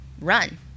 run